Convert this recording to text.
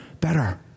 better